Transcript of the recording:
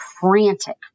frantic